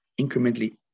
incrementally